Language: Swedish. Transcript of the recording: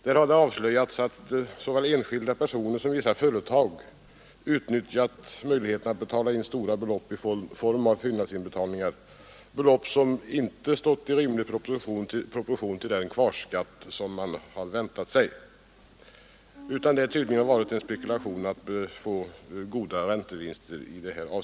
Där har det avslöjats att såväl enskilda personer som vissa företag utnyttjat möjligheten att betala in stora belopp i form av fyllnadsinbetalningar, belopp som inte stått i rimlig proportion till den kvarskatt som man har väntat sig. Det har tydligen varit en spekulation i att få goda räntevinster.